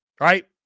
right